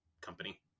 company